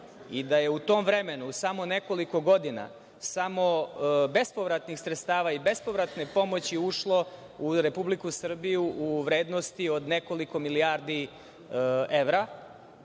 vreme. U tom vremenu, u samo nekoliko godina, samo bespovratnih sredstava i bespovratne pomoći ušlo u Republiku Srbiju u vrednosti od nekoliko milijardi evra